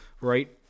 Right